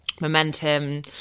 momentum